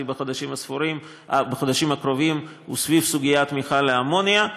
בחודשים האלה סביב סוגיית מכל האמוניה,